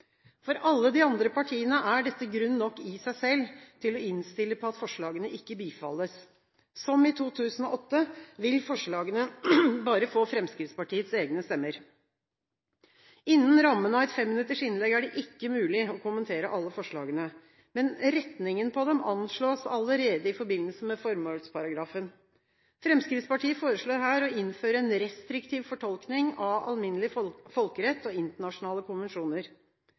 For alle de andre partiene er dette grunn nok i seg selv til å innstille på at forslagene ikke bifalles. Som i 2008, vil forslagene bare få Fremskrittspartiets egne stemmer. Innenfor rammen av et 5-minuttersinnlegg er det ikke mulig å kommentere alle forslagene, men retningen på dem anslås allerede i forbindelse med formålsparagrafen. Fremskrittspartiet foreslår her å innføre en restriktiv fortolkning av alminnelig folkerett og internasjonale konvensjoner.